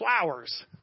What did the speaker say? flowers